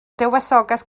dywysoges